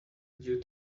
due